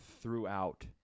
Throughout